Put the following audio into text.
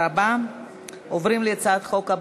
התוצאות הן: